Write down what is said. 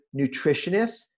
nutritionists